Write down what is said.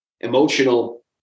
emotional